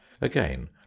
Again